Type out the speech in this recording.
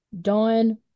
Don